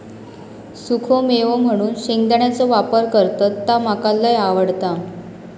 सुखो मेवो म्हणून शेंगदाण्याचो वापर करतत ता मका लय आवडता